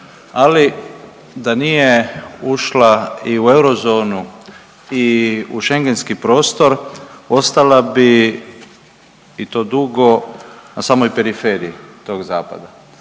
ali da nije ušla i u eurozonu i u Schengenski prostor ostala bi i to dugo na samoj periferiji tog zapada.